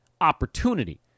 opportunity